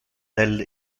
del